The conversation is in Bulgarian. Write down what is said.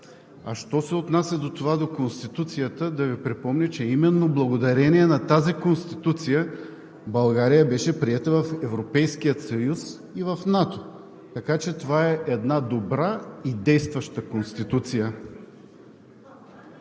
А що се отнася до Конституцията, да Ви припомня, че именно благодарение на тази Конституция България беше приета в Европейския съюз и в НАТО. Така че това е добра и действаща Конституция.